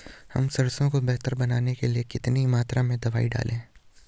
हम सरसों को बेहतर बनाने के लिए कितनी मात्रा में दवाई डालें?